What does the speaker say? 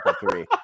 three